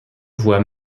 voit